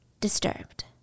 disturbed